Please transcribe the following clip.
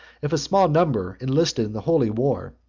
if a small number enlisted in the holy war,